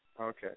Okay